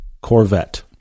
Corvette